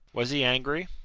was he angry?